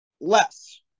less